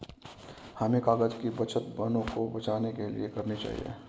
हमें कागज़ की बचत वनों को बचाने के लिए करनी चाहिए